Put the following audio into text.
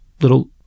little